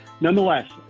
nonetheless